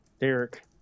Derek